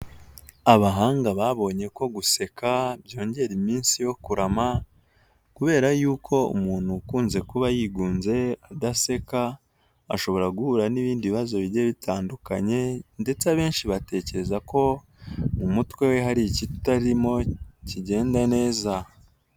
Abahanga babonye ko guseka byongera iminsi yo kurama, kubera y'uko umuntu ukunze kuba yigunze adaseka, ashobora guhura n'ibindi bibazo bigiye bitandukanye, ndetse abenshi batekereza ko mu mutwe we hari ikitarimo kigenda neza.